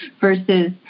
versus